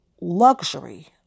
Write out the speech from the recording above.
luxury